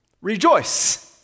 rejoice